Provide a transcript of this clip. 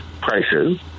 prices